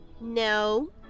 No